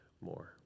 more